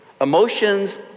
Emotions